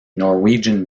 norwegian